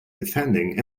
defending